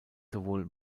sowohl